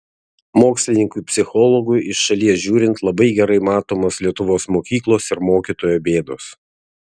mokslininkui psichologui iš šalies žiūrint labai gerai matomos lietuvos mokyklos ir mokytojo bėdos